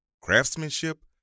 craftsmanship